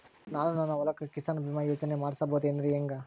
ನಾನು ನನ್ನ ಹೊಲಕ್ಕ ಕಿಸಾನ್ ಬೀಮಾ ಯೋಜನೆ ಮಾಡಸ ಬಹುದೇನರಿ ಹೆಂಗ?